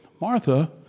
Martha